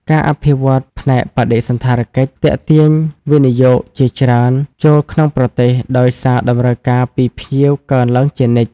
ការអភិវឌ្ឍផ្នែកបដិសណ្ឋារកិច្ចទាក់ទាញវិនិយោគជាច្រើនចូលក្នុងប្រទេស ដោយសារតម្រូវការពីភ្ញៀវកើនឡើងជានិច្ច។